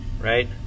right